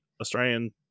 Australian